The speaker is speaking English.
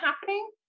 happening